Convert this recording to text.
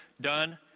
done